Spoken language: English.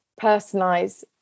personalize